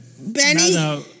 Benny